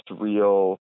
real